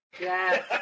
Yes